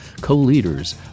co-leaders